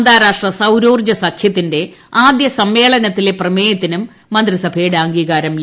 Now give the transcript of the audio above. അന്താരാഷ്ട്ര സൌരോർജ്ജ സഖ്യത്തിന്റെ ആദ്യ സമ്മേളത്തിലെ പ്രമേയത്തിനും മന്ത്രിസഭയുടെ അംഗീകാരം ലഭിച്ചു